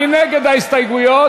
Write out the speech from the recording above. מי נגד ההסתייגויות?